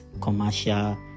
commercial